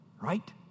Right